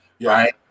right